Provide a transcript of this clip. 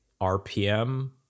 rpm